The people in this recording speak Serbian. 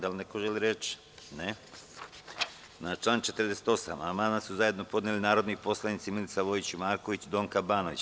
Da li neko želi reč? (Ne) Na član 46. amandman su zajedno podneli narodni poslanici Milica Vojić Marković i Donka Banović.